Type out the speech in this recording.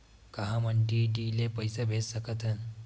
का हम डी.डी ले पईसा भेज सकत हन?